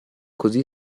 così